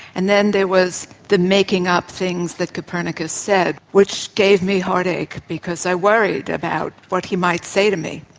and then there was the making up things that copernicus said, which gave me heartache because i worried about what he might say to me.